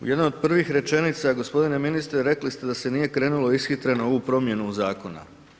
U jednoj od prvih rečenica gospodine ministre rekli ste da se nije krenulo ishitreno u ovu promjenu zakona.